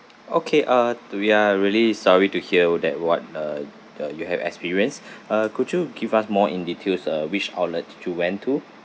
okay ah do we are really sorry to hear about that what uh the you have experience uh could you give us more in details uh which outlet did you went to